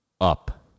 up